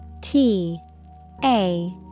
T-A-